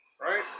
Right